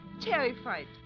terrified